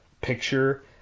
picture